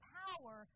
power